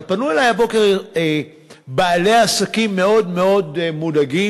אבל פנו אלי הבוקר בעלי עסקים מאוד מאוד מודאגים,